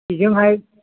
बेजोंहाय